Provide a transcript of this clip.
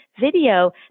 video